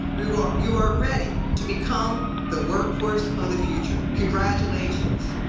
you are you are ready to become the workforce of the future. congratulations!